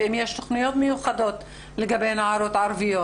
ואם יש תכניות מיוחדות לגבי הנערות הערביות?